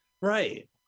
Right